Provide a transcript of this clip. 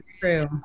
true